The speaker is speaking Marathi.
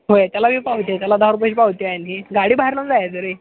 होय त्याला बी पावती आहे त्याला दहा रुपयाची पावती आहे नी गाडी बाहेर लावून जायचं रे